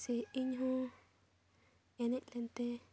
ᱥᱮ ᱤᱧᱦᱚᱸ ᱮᱱᱮᱡ ᱞᱮᱱᱛᱮ